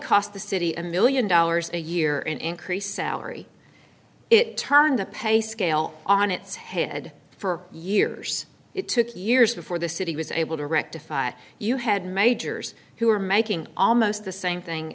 cost the city a million dollars a year and increase our it turned the pay scale on its head for years it took years before the city was able to rectify you had majors who were making almost the same thing